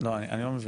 אני לא מבין.